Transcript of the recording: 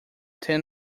ten